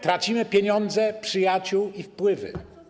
Tracimy pieniądze, przyjaciół i wpływy.